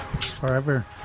forever